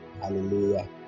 hallelujah